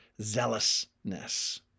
zealousness